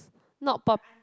not pop